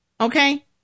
Okay